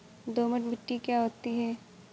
दोमट मिट्टी क्या होती हैं?